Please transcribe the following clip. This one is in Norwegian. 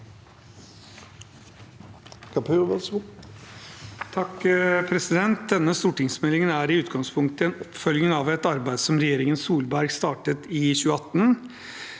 (H) Denne stortings- meldingen er i utgangspunktet en oppfølging av et arbeid som regjeringen Solberg startet opp i 2018,